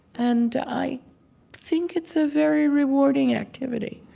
and i think it's a very rewarding activity.